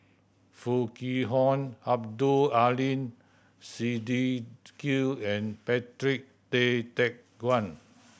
Foo Kwee Horng Abdul Aleem Siddique and Patrick Tay Teck Guan